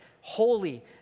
holy